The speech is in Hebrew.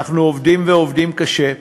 אנחנו עובדים, ועובדים קשה,